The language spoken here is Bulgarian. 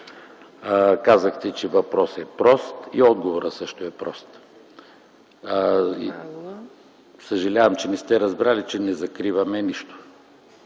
Казахте, че въпросът е прост. И отговорът също е прост. Съжалявам, че не сте разбрали, че не закриваме нищо,